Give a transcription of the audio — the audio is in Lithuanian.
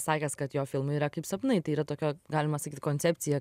sakęs kad jo filmai yra kaip sapnai tai yra tokio galima sakyt koncepcija